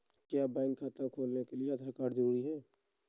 क्या बैंक खाता खोलने के लिए आधार कार्ड जरूरी है?